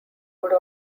would